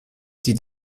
die